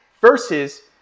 versus